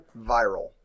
Viral